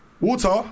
Water